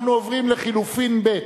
אנחנו עוברים לחלופין ב'.